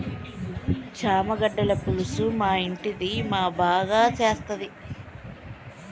చామగడ్డల పులుసు మా ఇంటిది మా బాగా సేత్తది